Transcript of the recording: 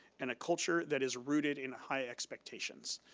and a culture that is rooted in high expectations,